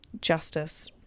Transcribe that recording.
justice –